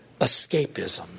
escapism